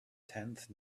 tenth